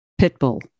Pitbull